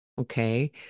Okay